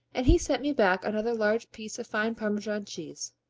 and he sent me back another large piece of fine parmesan cheese.